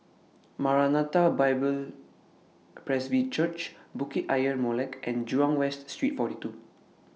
Maranatha Bible Presby Church Bukit Ayer Molek and Jurong West Street forty two